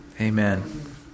Amen